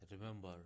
remember